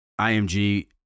IMG